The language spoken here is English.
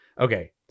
okay